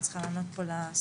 אני צריכה לענות פה לשרים,